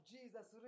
Jesus